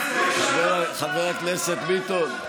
חבר הכנסת ביטון,